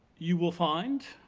you will find,